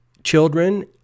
Children